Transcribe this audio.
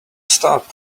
stop